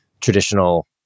traditional